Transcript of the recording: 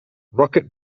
rocket